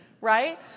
Right